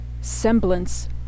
semblance